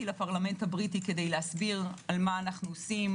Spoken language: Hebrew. לפרלמנט הבריטי כדי להסביר מה אנחנו עושים